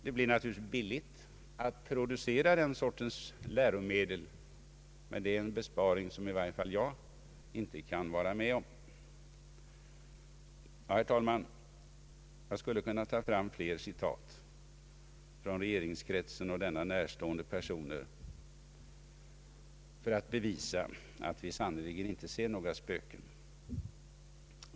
Det blir naturligtvis billigt att producera den sortens läromedel, men det är en besparing som i varje fall jag inte kan vara med om. Herr talman! Jag skulle kunna ta fram fler citat från regeringskretsen och denna närstående personer för att bevisa, att vi sannerligen inte ser några spöken.